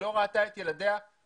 היא לא ראתה את ילדיה שנה,